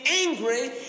angry